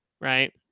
right